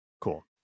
Cool